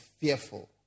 fearful